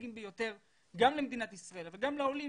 האסטרטגיים ביותר גם למדינת ישראל אבל גם לעולים,